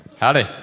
Howdy